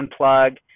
unplug